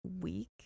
week